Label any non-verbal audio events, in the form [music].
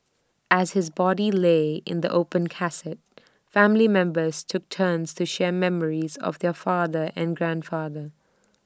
as his body lay in the open casket [noise] family members took turns to share memories of their father and grandfather